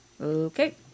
Okay